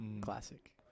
Classic